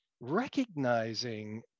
recognizing